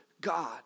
God